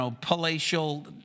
palatial